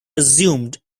assumed